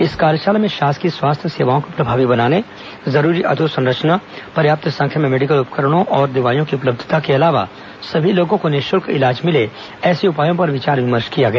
इस कार्यशाला में शासकीय स्वास्थ्य सेवाओं को प्रभावी बनाने जरूरी अधोसंरचना पर्याप्त संख्या में मेडिकल उपकरणों और दवाइयों की उपलब्धता के अलावा सभी लोगों को निःशुल्क इलाज मिले ऐसे उपायों पर विचार विमर्श किया गया